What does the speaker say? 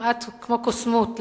כמעט כמו קוסמות,